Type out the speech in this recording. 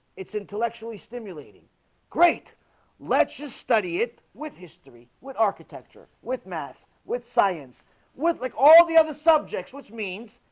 it's intellectually stimulating great let's just study it with history what architecture with math with science with like all the other subjects which means?